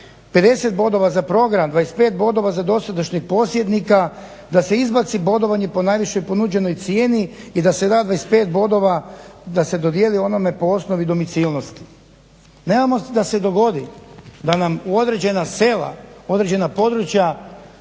50 bodova za program, 25 bodova za dosadašnjeg posjednika da se izbaci bodovanje po najvišoj ponuđenoj cijeni i da se da 25 bodova da se dodijeli onome po osnovi domicilnosti. Nemojmo da se dogodi da nam u određena sela, u određena područja